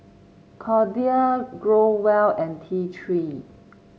Kordel Growell and T Three